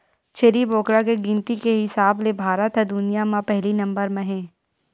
छेरी बोकरा के गिनती के हिसाब ले भारत ह दुनिया म पहिली नंबर म हे